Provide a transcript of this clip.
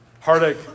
heartache